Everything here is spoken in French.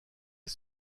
est